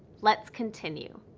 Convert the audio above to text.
let's continue.